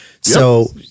So-